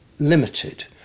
limited